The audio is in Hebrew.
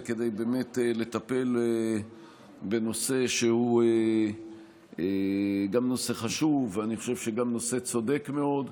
כדי באמת לטפל בנושא שהוא גם חשוב ואני חושב שגם צודק מאוד.